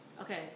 Okay